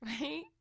right